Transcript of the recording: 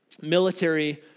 military